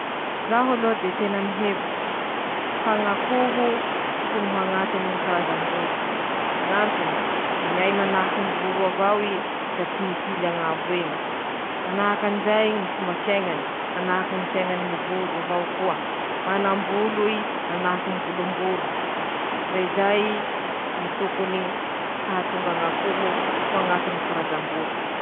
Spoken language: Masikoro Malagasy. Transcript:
<...>Reto aby ñy biby halako: -Ñy voa, ñ'antony, i mihinan-ñ'olo, ro misy poizy ñy vatany, -Ñy renin-kiny bevata; -Manahaky anizay koa ñy biby lava, ñy biby lava misy poizy, -Manahaky anizay, mampangaroharo ahy manenty ñy fiodakodany noho ñy fivalibaliny<...>.